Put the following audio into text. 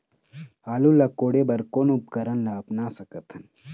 आलू ला कोड़े बर कोन उपकरण ला अपना सकथन?